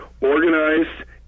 organized